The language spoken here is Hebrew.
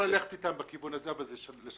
אפשר ללכת אתם בכיוון הזה אבל זה אומר